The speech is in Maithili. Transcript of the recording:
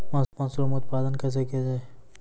मसरूम उत्पादन कैसे किया जाय?